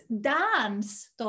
dance